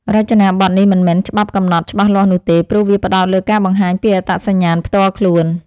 រចនាប័ទ្មនេះមិនមានច្បាប់កំណត់ច្បាស់លាស់នោះទេ ព្រោះវាផ្តោតលើការបង្ហាញពីអត្តសញ្ញាណផ្ទាល់ខ្លួន។